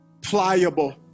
pliable